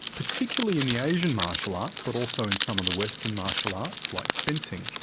particularly in the asian martial arts, but also in some of the western martial arts like fencing,